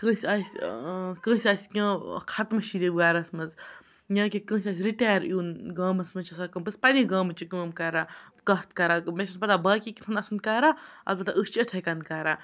کٲنٛسہِ آسہِ کٲنٛسہِ آسہِ کیٚنٛہہ ختمہٕ شریٖف گَرَس مَنٛز یا کہِ کٲنٛسہِ آسہِ رِٹیر یُن گامَس مَنٛز چھِ آسان کٲم بَس پَننہِ گامٕچ کٲم کَران کَتھ کَران مےٚ چھُ نہٕ پَتہ باقٕے کِتھ کنۍ آسَن کَران اَلبتہ أسۍ چھِ اِتھَے کَن کَران